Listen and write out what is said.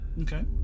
Okay